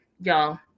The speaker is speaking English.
y'all